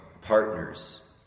partners